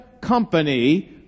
company